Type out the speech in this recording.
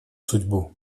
судьбу